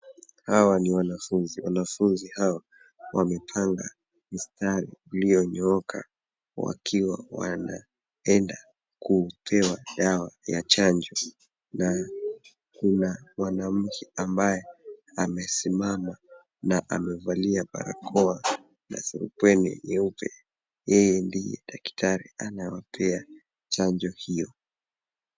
Hawa ni wanafunzi. Wanafunzi hawa wamepanga mstari ulionyooka wakiwa wanaenda kupewa dawa ya chanjo na kuna mwanamke ambaye amesimama na amevalia barakoa na surupwenye nyeupe. Yeye ndiye daktari anayewapea chanjo hiyo.